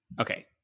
Okay